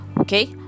okay